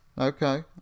Okay